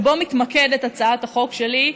ובו מתמקדת הצעת החוק שלי,